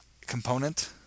component